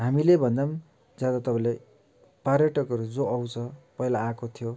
हामीले भन्दा पनि ज्यादा तपाईँलाई पर्यटकहरू जो आउँछ पहिला आएको थियो